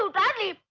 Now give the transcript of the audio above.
so bhabhi.